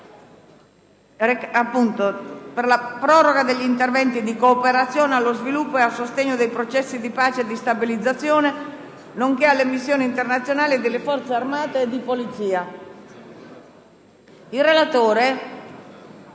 per la proroga degli interventi di cooperazione, sviluppo e sostegno dei processi di pace e stabilizzazione, nonché delle missioni internazionali delle Forze armate e di polizia.